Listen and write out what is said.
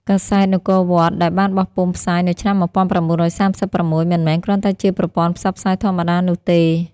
កាសែត នគរវត្ត ដែលបានបោះពុម្ពផ្សាយនៅឆ្នាំ១៩៣៦ មិនមែនគ្រាន់តែជាប្រព័ន្ធផ្សព្វផ្សាយធម្មតានោះទេ។